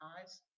eyes